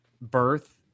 birth